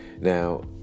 Now